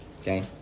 Okay